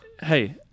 hey